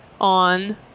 on